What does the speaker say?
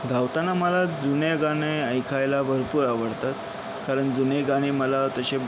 धावताना मला जुने गाणे ऐकायला भरपूर आवडतात कारण जुने गाणे मला तसे